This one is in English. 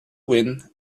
win